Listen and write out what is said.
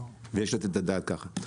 ויש לתת את הדעת ככה.